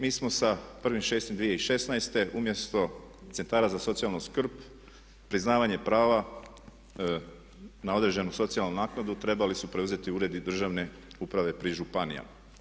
Mi smo sa 1.6.2016.umjesto centara za socijalnu skrb priznavanje prava na određenu socijalnu naknadu trebali su preuzeti Uredi državne uprave pri županijama.